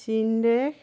চীন দেশ